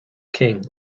king